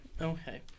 Okay